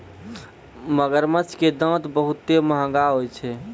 मगरमच्छ के दांत बहुते महंगा होय छै